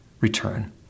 return